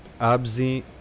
Abzi